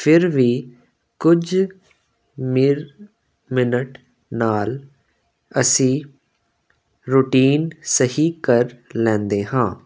ਫਿਰ ਵੀ ਕੁਝ ਮਿਰ ਮਿਨਟ ਨਾਲ ਅਸੀਂ ਰੂਟੀਨ ਸਹੀ ਕਰ ਲੈਂਦੇ ਹਾਂ